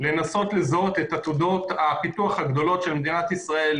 לנסות לזהות את עתודות הפיתוח הגדולות של מדינת ישראל,